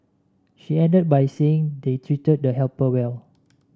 she ended by saying they treated the helper well